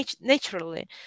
naturally